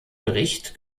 gericht